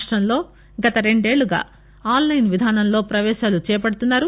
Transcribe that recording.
రాక్షంలో గత రెండేండ్లుగా ఆన్లైన్విధానంలో పవేశాలు చేపడుతున్నారు